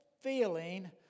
feeling